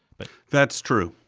but that's true.